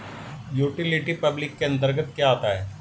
Utility public के अंतर्गत क्या आता है?